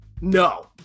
No